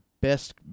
best